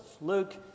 Luke